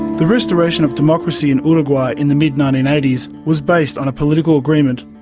the restoration of democracy in uruguay in the mid nineteen eighty s was based on a political agreement.